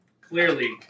clearly